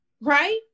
right